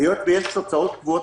היות ויש הוצאות קבועות,